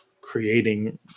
creating